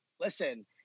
listen